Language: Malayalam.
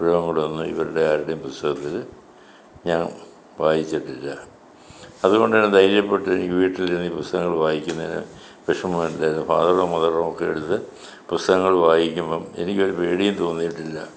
പിഴവുകളൊന്നും ഇവരുടെ ആരുടെയും പുസ്തകത്തിൽ ഞാൻ വായിച്ചിട്ടില്ല അതുകൊണ്ട് ധൈര്യപ്പെട്ട് എനിക്ക് വീട്ടിലിരുന്ന് ഈ പുസ്തകങ്ങൾ വായിക്കുന്നതിന് എടുത്ത് പുസ്തകങ്ങൾ വായിക്കുമ്പം എനിക്കൊരു പേടിയും തോന്നിയിട്ടില്ല